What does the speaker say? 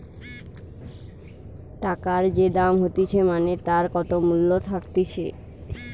টাকার যে দাম হতিছে মানে তার কত মূল্য থাকতিছে